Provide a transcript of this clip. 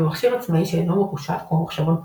ממכשיר עצמאי שאינו מרושת כמו מחשבון פשוט,